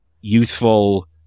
youthful